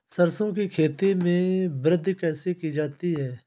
सरसो की खेती में वृद्धि कैसे की जाती है?